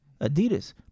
Adidas